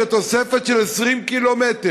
זה תוספת של 20 ק"מ,